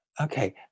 Okay